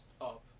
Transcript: up